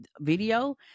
video